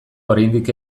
oraindik